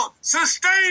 sustain